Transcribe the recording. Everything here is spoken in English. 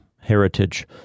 heritage